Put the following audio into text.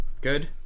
Good